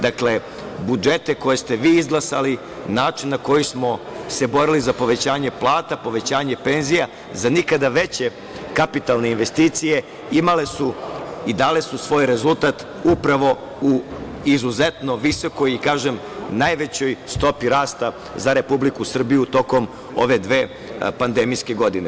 Dakle, budžete koje ste vi izglasali, način na koji smo se borili za povećanje plata, povećanje penzija, za nikada veće kapitalne investicije, imale su i dale su svoj rezultat upravo u izuzetno visokoj, kažem, najvećoj stopi rasta za Republiku Srbiju tokom ove dve pandemijske godine.